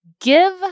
give